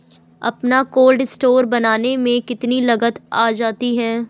अपना cold store बनाने में कितनी लागत आ जाती है?